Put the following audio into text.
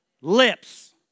Lips